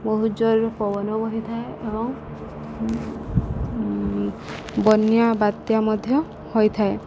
ବହୁତ ଜୋରରେ ପବନ ବହିଥାଏ ଏବଂ ବନ୍ୟା ବାତ୍ୟା ମଧ୍ୟ ହୋଇଥାଏ